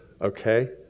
okay